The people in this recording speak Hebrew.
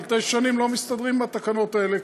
אבל תשע שנים לא מסתדרים עם התקנות האלה,